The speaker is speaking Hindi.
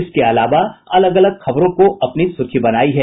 इसके अलावा अलग अलग खबरों को अपनी सुर्खी बनायी है